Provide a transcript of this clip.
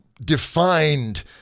defined